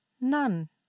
None